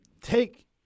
take